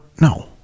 No